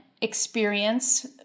experience